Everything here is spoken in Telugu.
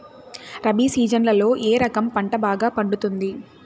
రబి సీజన్లలో ఏ రకం పంట బాగా పండుతుంది